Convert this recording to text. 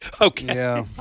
Okay